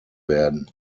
werden